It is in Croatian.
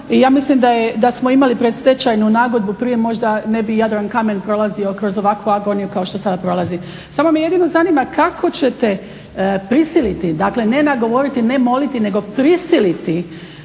ja mislim da smo imali predstečajnu nagodbu prije možda ne bi Jadrankamen prolazio kroz ovakvu agoniju kao što sada prolazi. Samo me jedino zanima kako ćete prisiliti, dakle ne nagovoriti, ne moliti nego prisiliti